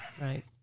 Right